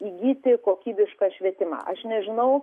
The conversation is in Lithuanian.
įgyti kokybišką švietimą aš nežinau